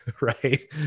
Right